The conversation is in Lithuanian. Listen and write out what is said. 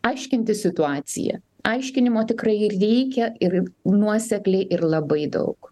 aiškinti situaciją aiškinimo tikrai reikia ir nuosekliai ir labai daug